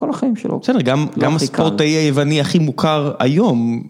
כל החיים שלו. בסדר, גם הספורטאי היווני הכי מוכר היום